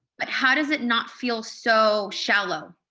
but how does it not feel so shallow?